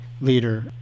leader